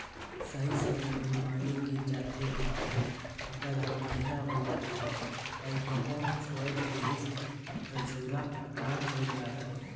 सही समय मे पानी गिर जाथे त फसल हर बड़िहा होये जाथे अउ कहो छोएड़ देहिस त झूरा आकाल पइर जाथे